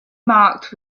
marked